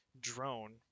drone